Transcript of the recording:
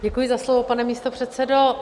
Děkuji za slovo, pane místopředsedo.